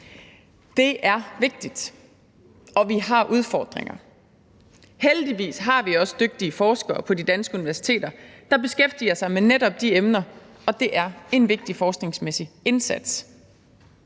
Det er vigtigt, og vi har udfordringer. Heldigvis har vi også dygtige forskere på de danske universiteter, der beskæftiger sig med netop de emner, og det er en vigtig forskningsmæssig indsats.